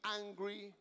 angry